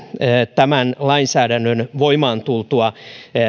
tämän lainsäädännön voimaan tultua